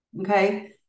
Okay